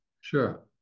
Sure